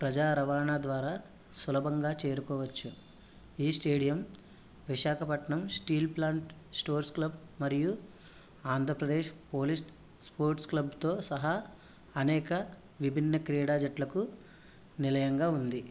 ప్రజా రవాణా ద్వారా సులభంగా చేరుకోవచ్చు ఈ stadium Visakhapatnam steel plant stores club మరియు ఆంధ్రప్రదేశ్ పోలీస్ స్పోర్ట్స్ క్లబ్తో సహా అనేక విభిన్న క్రీడా జట్లకు నిలయంగా ఉంది